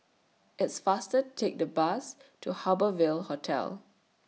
It's faster Take The Bus to Harbour Ville Hotel